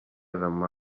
demà